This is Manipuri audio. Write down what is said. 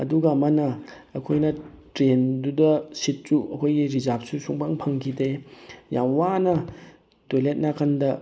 ꯑꯗꯨꯒ ꯑꯃꯅ ꯑꯩꯈꯣꯏꯅ ꯇ꯭ꯔꯦꯟꯗꯨꯗ ꯁꯤꯠꯁꯨ ꯑꯩꯈꯣꯏꯒꯤ ꯔꯤꯖꯥꯕꯁꯨ ꯁꯨꯡꯐꯝ ꯐꯪꯈꯤꯗꯦ ꯌꯥꯝ ꯋꯥꯅ ꯇꯣꯏꯂꯦꯠ ꯅꯥꯀꯟꯗ